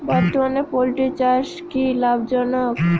বর্তমানে পোলট্রি চাষ কি লাভজনক?